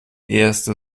erste